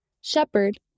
Shepherd